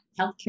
healthcare